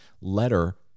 letter